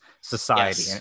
society